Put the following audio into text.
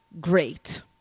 great